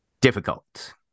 difficult